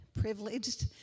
privileged